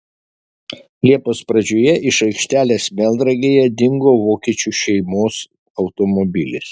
liepos pradžioje iš aikštelės melnragėje dingo vokiečių šeimos automobilis